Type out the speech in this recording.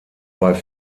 bei